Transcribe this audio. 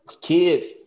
kids